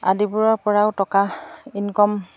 আদিবোৰৰ পৰাও টকা ইনকাম